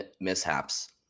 mishaps